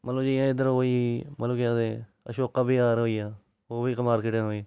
मतलब जियां इद्धर एह् ओह् होई गेई मतलब के आखदे अशोका विहार होई गेआ ओह् बी इक मार्केट ऐ नमीं